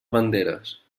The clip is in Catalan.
banderes